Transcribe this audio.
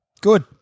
Good